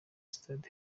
stade